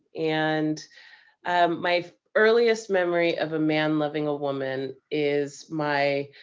and um my earliest memory of a man loving a woman is my